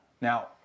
Now